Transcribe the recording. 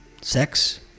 sex